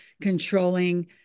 controlling